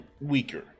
weaker